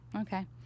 Okay